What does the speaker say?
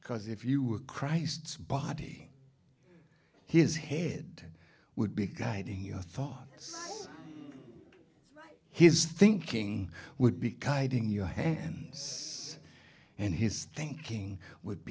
because if you were christ's body his head would be guiding your thoughts his thinking would be kiting your hands and his thinking would